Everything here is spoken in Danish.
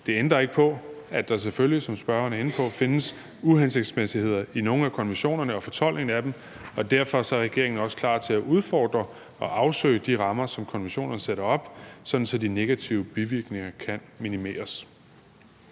Det ændrer ikke på, at der selvfølgelig, som spørgeren er inde på, findes uhensigtsmæssigheder i nogle af konventionerne og fortolkningen af dem, og derfor er regeringen også klar til at udfordre og afsøge de rammer, som konventionerne sætter op, sådan at de negative bivirkninger kan minimeres.